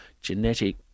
genetic